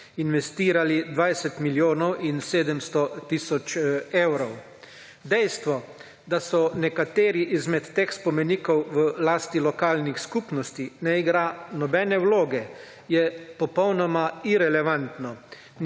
investirali 20 milijonov in 700 tisoč evrov. Dejstvo, da so nekateri izmed teh spomenikov v lasti lokalnih skupnosti ne igra nobene vloge je popolnoma irelevantno